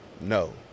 No